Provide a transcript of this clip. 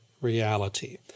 reality